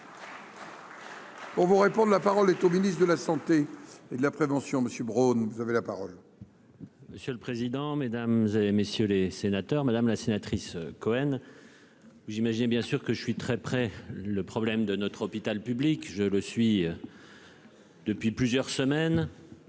On vous réponde, la parole est au ministre de la Santé et de la prévention Monsieur Brown, vous avez la parole. Monsieur le président, Mesdames et messieurs les sénateurs, madame la sénatrice Cohen j'imagine bien sûr que je suis très près le problème de notre hôpital public, je le suis. Depuis plusieurs semaines